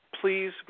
please